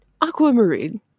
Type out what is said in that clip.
Aquamarine